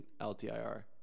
LTIR